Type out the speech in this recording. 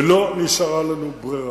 ולא נשארה לנו ברירה.